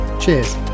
cheers